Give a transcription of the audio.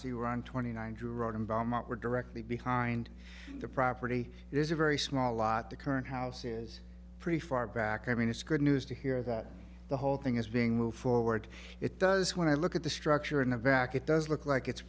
on twenty nine drew road in belmont were directly behind the property is a very small lot the current house is pretty far back i mean it's good news to hear that the whole thing is being moved forward it does when i look at the structure in the back it does look like it's